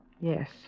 Yes